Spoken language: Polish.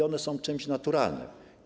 One są czymś naturalnym.